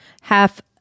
half